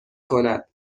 کند